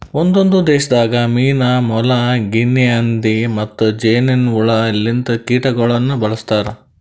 ಒಂದೊಂದು ದೇಶದಾಗ್ ಮೀನಾ, ಮೊಲ, ಗಿನೆ ಹಂದಿ ಮತ್ತ್ ಜೇನಿನ್ ಹುಳ ಲಿಂತ ಕೀಟಗೊಳನು ಬಳ್ಸತಾರ್